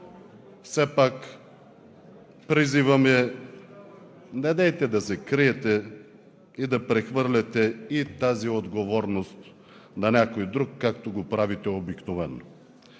Все пак призивът ми е: недейте да се криете и да прехвърляте тази отговорност на някой друг, както го правите обикновено.